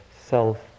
self